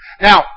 Now